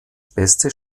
beste